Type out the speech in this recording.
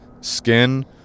skin